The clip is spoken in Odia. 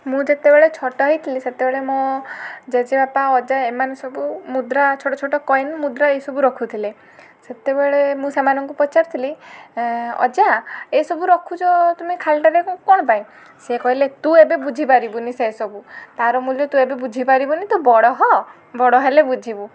ମୁଁ ଯେତେବେଳେ ଛୋଟ ହେଇଥିଲି ସେତେବେଳେ ମୁଁ ଜେଜେବାପା ଅଜା ଏମାନେ ସବୁ ମୁଦ୍ରା ଛୋଟ ଛୋଟ କଏନ୍ ମୁଦ୍ରା ଏଇସବୁ ରଖୁଥିଲେ ସେତେବେଳେ ମୁଁ ସେମାନଙ୍କୁ ପଚାରୁଥିଲି ଅଜା ଏସବୁ ରଖୁଛ ତୁମେ ଖାଲିଟାରେ କ'ଣ ପାଇଁ ସେ କହିଲେ ତୁ ଏବେ ବୁଝିପାରିବୁନି ସେ ସବୁ ତା'ର ମୂଲ୍ୟ ତୁ ଏବେ ବୁଝିପାରିବୁନି ତୁ ବଡ଼ ହ ବଡ଼ ହେଲେ ବୁଝିବୁ